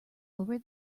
over